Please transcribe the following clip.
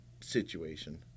situation